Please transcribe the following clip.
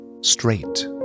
straight